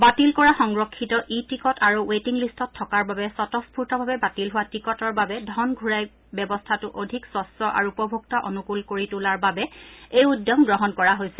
বাতিল কৰা সংৰক্ষিত ই টিকট আৰু ৱেটিং লিষ্টত থকাৰ বাবে স্বতঃস্ফুতভাৱে বাতিল হোৱা টিকটৰ বাবে ধন ঘূৰাই ব্যৱস্থাটো অধিক স্কছ্ আৰু উপভোক্তা অনুকুল কৰি তোলাৰ বাবে এই উদ্যম গ্ৰহণ কৰা হৈছে